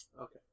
Okay